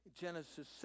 Genesis